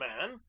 man